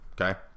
okay